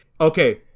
okay